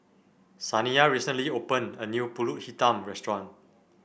Saniyah recently opened a new pulut Hitam Restaurant